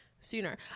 Sooner